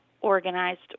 organized